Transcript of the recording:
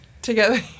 together